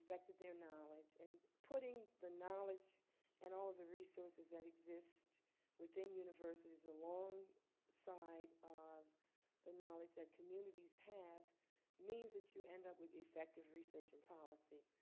their knowledge, and putting the knowledge and all of the resources that exist within universities along side of the knowledge that communities have means that you end up with effective research and policy.